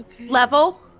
level